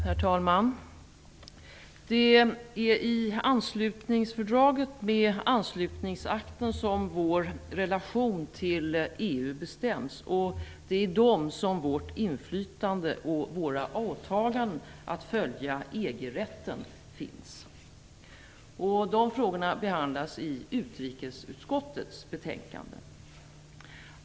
Herr talman! Det är i anslutningsfördraget med anslutningsakten som vår relation till EU bestäms. Det är i dem som vårt inflytande och våra åtaganden att följa EG-rätten finns. De frågorna behandlas i utrikesutskottets betänkande.